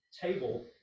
table